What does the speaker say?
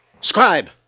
Scribe